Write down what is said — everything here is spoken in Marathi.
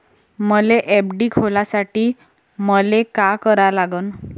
मले एफ.डी खोलासाठी मले का करा लागन?